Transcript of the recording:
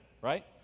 right